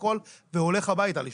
והולך הביתה לישון.